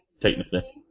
Technically